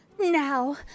Now